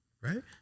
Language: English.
Right